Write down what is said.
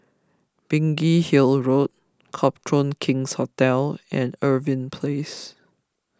Biggin Hill Road Copthorne King's Hotel and Irving Place